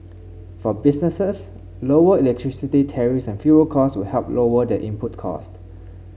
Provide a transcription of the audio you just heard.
for businesses lower electricity tariffs and fuel costs will help lower their input costs